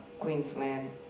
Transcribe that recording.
Queensland